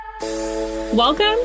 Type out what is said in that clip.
Welcome